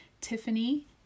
Tiffany